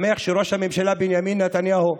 שמח שראש הממשלה בנימין נתניהו,